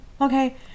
okay